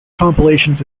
compilations